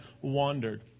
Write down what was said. wandered